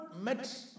met